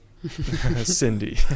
Cindy